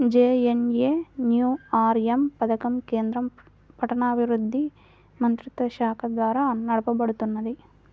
JNNURM పథకం కేంద్ర పట్టణాభివృద్ధి మంత్రిత్వశాఖ ద్వారా నడపబడుతున్నది